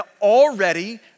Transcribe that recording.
already